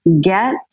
get